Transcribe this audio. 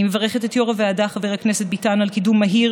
אני מברכת את יושב-ראש הוועדה חבר הכנסת ביטן על קידום מהיר